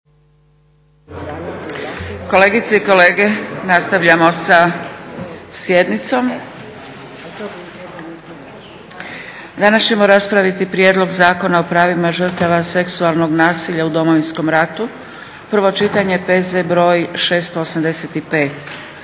Kolegice i kolege nastavljamo sa sjednicom. Danas ćemo raspraviti: - Prijedlog Zakona o pravima žrtava seksualnog nasilja u Domovinskom ratu, prvo čitanje, P.Z. br. 685;